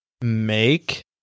make